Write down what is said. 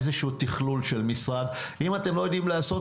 איזשהו תכלול של משרד אם אתם לא יודעים לעשות